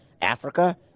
Africa